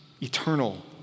eternal